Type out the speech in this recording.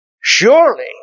Surely